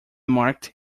marked